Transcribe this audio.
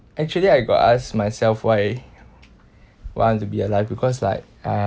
actually I got ask myself why I want to be alive because like uh